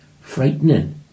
frightening